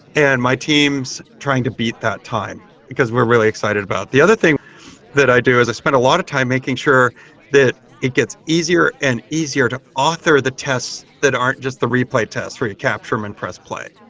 and my teams trying to beat that time, because we're really excited about it. the other thing that i do is i spent a lot of time making sure that it gets easier and easier to author the tests that aren't just the replay tests where you capture them um and press play.